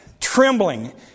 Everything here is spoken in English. trembling